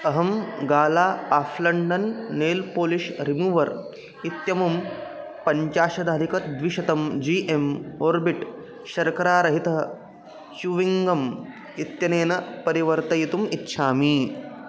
अहं गाला आफ़्लण्डन् नेल् पोलिश् रिमूवर् इत्यमुं पञ्चाशदधिकद्विशतं जी एम् ओर्बिट् शर्करा रहितः चुविङ्ग् गम् इत्यनेन परिवर्तयितुम् इच्छामि